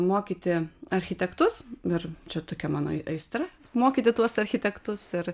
mokyti architektus ir čia tokia mano aistra mokyti tuos architektus ir